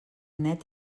net